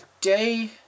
day